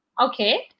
Okay